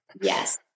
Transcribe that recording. Yes